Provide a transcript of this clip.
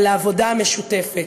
על העבודה המשותפת.